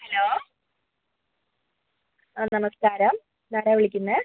hello ആ നമസ്കാരം ഇത് ആരാണ് വിളിക്കുന്നത്